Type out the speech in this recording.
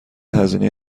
هزینه